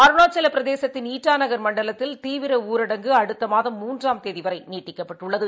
அருணாச்சலபிரதேசத்தின் இட்டாநகர் மண்டலத்தில் தீவிரஊரடங்கு அடுத்தமாதம் மூன்றாம் தேதிவரைநீட்டிக்கப்பட்டுள்ளது